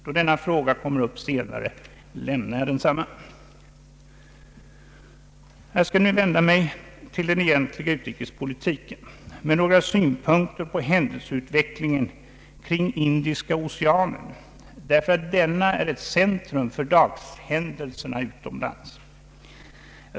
Då denna fråga kommer upp senare, lämnar jag densamma. Jag skall nu vända mig till den egentliga utrikespolitiken med några synpunkter på händelseutvecklingen kring Indiska oceanen, därför att denna är ett centrum för dagshändelserna utomlands.